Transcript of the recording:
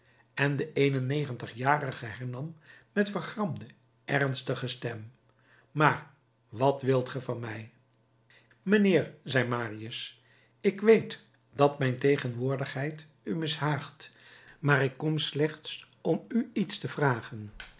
en de een en negentigjarige hernam met vergramde ernstige stem maar wat wilt ge van mij mijnheer zei marius ik weet dat mijn tegenwoordigheid u mishaagt maar ik kom slechts om u iets te vragen